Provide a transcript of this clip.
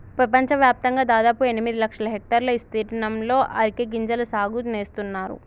పెపంచవ్యాప్తంగా దాదాపు ఎనిమిది లక్షల హెక్టర్ల ఇస్తీర్ణంలో అరికె గింజల సాగు నేస్తున్నారు